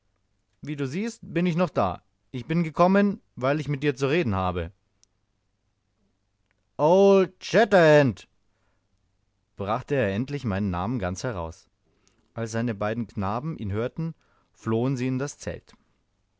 wie du siehst ich bin noch da ich bin gekommen weil ich mit dir zu reden habe old shatterhand brachte er endlich meinen namen ganz heraus als seine beiden knaben ihn hörten flohen sie in das zelt